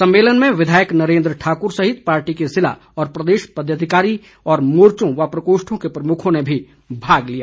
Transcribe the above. सम्मेलन में विधायक नरेंद्र ठाकुर सहित पार्टी के जिला व प्रदेश पदाधिकारी और मोर्चों व प्रकोष्ठों के प्रमुखों ने भी भाग लिया